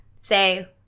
Say